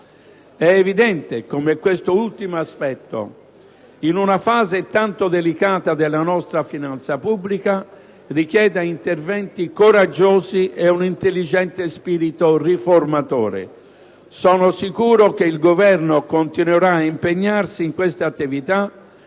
È evidente come quest'ultimo aspetto, in una fase tanto delicata della nostra finanza pubblica, richiede interventi coraggiosi e un intelligente spirito riformatore. Sono sicuro che il Governo continuerà ad impegnarsi in quest'attività